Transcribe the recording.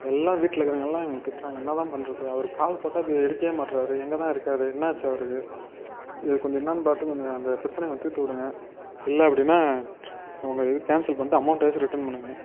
எல்லாம் வீட்டில் இருக்கிறவங்க எல்லாம் எங்களை திட்டுறாங்க என்ன தான் பண்ணுறது அவர் கால் போட்டால் எடுக்கவே மாட்டுறாரு எங்கே தான் இருக்கார் என்னாச்சு அவருக்கு இது கொஞ்சம் என்னென்னு பார்த்து கொஞ்சம் அந்த பிரச்சினைய கொஞ்சம் தீர்த்து விடுங்க இல்லை அப்படினா உங்கள் இது கேன்சல் பண்ணிவிட்டு அமௌண்டயாச்சும் ரிட்டன் பண்ணுங்க